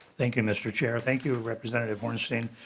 thank you mr. chair. thank you representative hornstein.